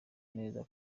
neza